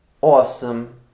awesome